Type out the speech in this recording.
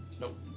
Nope